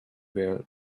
where